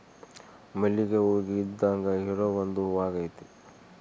ಮಲ್ಲಿಗೆ ಹೂವಿಗೆ ಇದ್ದಾಂಗ ಇರೊ ಒಂದು ಹೂವಾಗೆತೆ